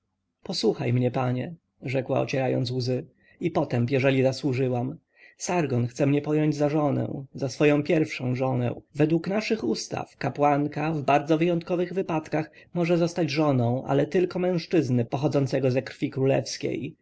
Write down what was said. posłuchaj mnie panie rzekła ocierając łzy i potęp jeżeli zasłużyłam sargon chce mnie pojąć za żonę za swoją pierwszą żonę według naszych ustaw kapłanka w bardzo wyjątkowych wypadkach może zostać żoną ale tylko mężczyzny pochodzącego ze krwi królewskiej